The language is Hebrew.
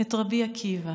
את רבי עקיבא